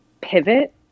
pivot